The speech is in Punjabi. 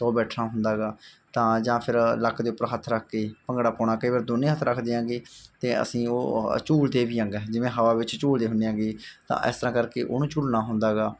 ਤਾਂ ਉਹ ਬੈਠਣਾ ਹੁੰਦਾ ਹੈਗਾ ਤਾਂ ਜਾਂ ਫਿਰ ਲੱਕ ਦੇ ਉੱਪਰ ਹੱਥ ਰੱਖ ਕੇ ਭੰਗੜਾ ਪਾਉਣਾ ਕਈ ਵਾਰ ਦੋਨੇ ਹੱਥ ਰੱਖਦੇ ਹੈਗੇ ਅਤੇ ਅਸੀਂ ਉਹ ਝੂਲਦੇ ਵੀ ਆਉਂਦੇ ਜਿਵੇਂ ਹਵਾ ਵਿੱਚ ਝੂਲਦੇ ਹੁੰਦੇ ਹੈਗੇ ਤਾਂ ਇਸ ਤਰ੍ਹਾਂ ਕਰਕੇ ਉਹਨੂੰ ਝੂਲਣਾ ਹੁੰਦਾ ਗਾ